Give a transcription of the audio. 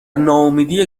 ناامیدی